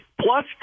plus